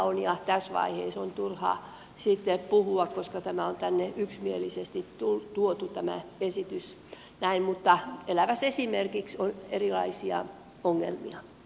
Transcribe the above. ja tässä vaiheessa on turha sitten puhua koska tämä esitys on tänne yksimielisesti tuotu näin mutta elävässä elämässä on erilaisia ongelmia